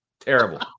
terrible